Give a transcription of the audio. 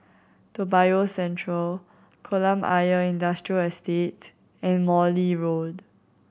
Toa Payoh Central Kolam Ayer Industrial Estate and Morley Road